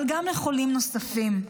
אבל גם לחולים נוספים.